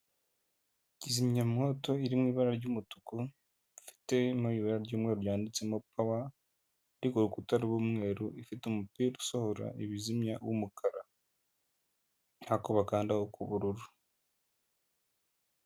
Kizimyamwoto iri mu ibara ry'umutuku, ifite no mu ibara ry'umweru ryanditsemo powa, iri ku rukuta rw'umweru, ifite umupira usohora ibizimya w'umukara, n'ako bakandaho k'ubururu.